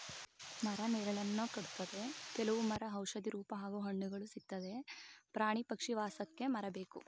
ಮರ ನೆರಳನ್ನ ಕೊಡ್ತದೆ ಕೆಲವ್ ಮರ ಔಷಧಿ ರೂಪ ಹಾಗೂ ಹಣ್ಣುಗಳು ಸಿಕ್ತದೆ ಪ್ರಾಣಿ ಪಕ್ಷಿ ವಾಸಕ್ಕೆ ಮರ ಬೇಕು